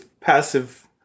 passive